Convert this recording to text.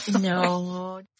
No